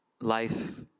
Life